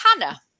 Hannah